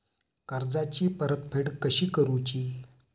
कर्जाची परतफेड कशी करूची?